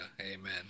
amen